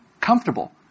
comfortable